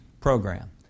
program